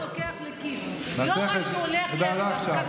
כפי שבן אדם לוקח לכיס, לא מה שהולך לעסקנים.